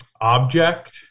object